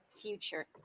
future